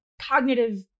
cognitive